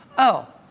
oh,